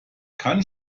kann